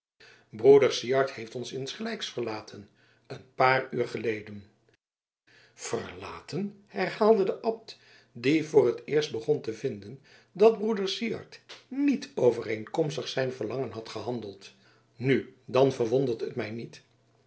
broeder syard heeft ons insgelijks verlaten een paar uur geleden verlaten herhaalde de abt die voor het eerst begon te vinden dat broeder syard niet overeenkomstig zijn verlangen had gehandeld nu dan verwondert het mij niet